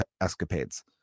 escapades